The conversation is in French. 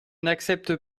n’accepte